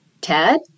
Ted